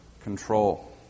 control